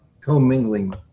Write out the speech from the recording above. commingling